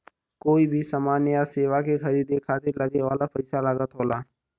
कोई भी समान या सेवा के खरीदे खातिर लगे वाला पइसा लागत होला